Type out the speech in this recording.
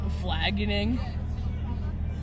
flagging